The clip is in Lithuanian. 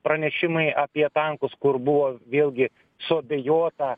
pranešimai apie tankus kur buvo vėlgi suabejota